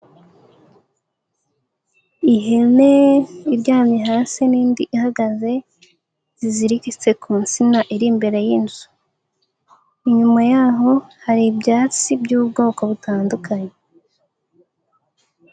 Ihene iryamye hasi n'indi ihagaze; ziziritse ku nsina iri imbere y'inzu, inyuma yaho hari ibyatsi by'ubwoko butandukanye.